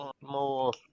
more